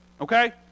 okay